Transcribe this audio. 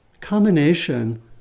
combination